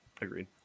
Agreed